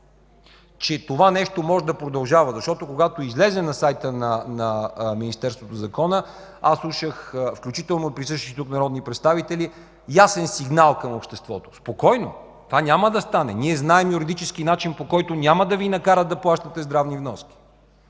че това нещо може да продължава, защото когато излезе на сайта на Министерството законът, слушах включително присъстващи тук народни представители, ясен сигнал към обществото: спокойно, това няма да стане, ние знаем юридически начин, по който няма да Ви накарат да плащате здравни вноски.